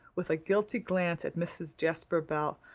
with a guilty glance at mrs. jasper bell,